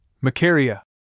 Macaria